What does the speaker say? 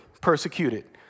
persecuted